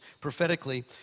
prophetically